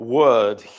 word